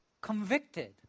convicted